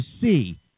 see